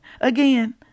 Again